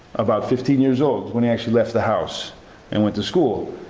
about fifteen years old when he actually left the house and went to school.